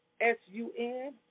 S-U-N